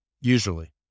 Usually